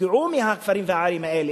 הופקעו מהכפרים והערים האלה,